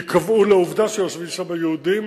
כי קבעו לו עובדה שיושבים שם יהודים